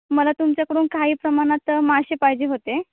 मला तुमच्याकडून काही प्रमाणात मासे पाहिजे होते